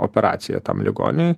operaciją tam ligoniui